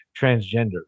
transgender